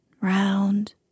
round